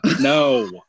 no